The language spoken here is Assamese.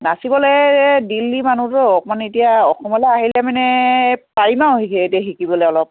নাচিবলৈ দিল্লী মানুহতো অকণমান এতিয়া অসমলৈ আহিলে মানে পাৰিম আৰু এতিয়া শিকিবলৈ অলপ